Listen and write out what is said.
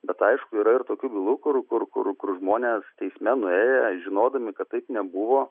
bet aišku yra ir tokių bylų kur kur kur žmonės teisme nuėję žinodami kad taip nebuvo